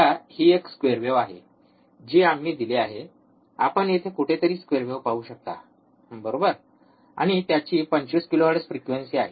आता ही एक स्क्वेर वेव्ह आहे जी आम्ही दिले आहे आपण येथे कुठेतरी स्क्वेर वेव्ह पाहू शकता बरोबर आणि त्याची २५ किलोहर्ट्झ फ्रिक्वेंसी आहे